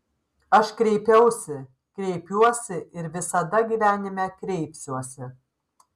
aš kreipiausi kreipiuosi ir visada gyvenime kreipsiuosi